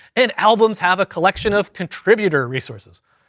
and albums have a collection of contributor resources.